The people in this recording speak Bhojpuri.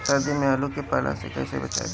सर्दी में आलू के पाला से कैसे बचावें?